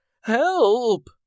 Help